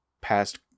past